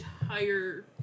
entire